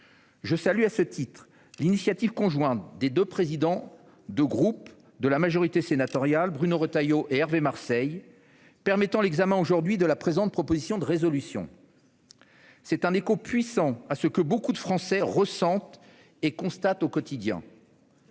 ce titre, je salue l'initiative conjointe des deux présidents des groupes de la majorité sénatoriale, Bruno Retailleau et Hervé Marseille, permettant l'examen aujourd'hui de la présente proposition de résolution. Celle-ci est un écho puissant à ce que de nombreux Français ressentent et constatent quotidiennement.